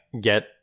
get